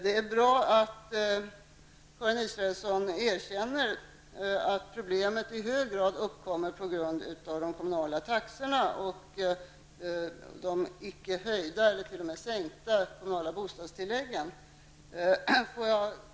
Det är bra att Karin Israelsson erkänner att problemet i fråga i hög grad uppkommer på grund av de kommunala taxorna och de icke höjda eller t.o.m. sänkta kommunala bostadstilläggen.